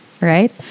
Right